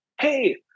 hey